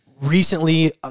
Recently